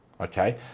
okay